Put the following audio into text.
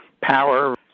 power